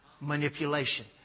manipulation